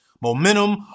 momentum